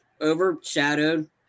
overshadowed